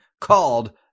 called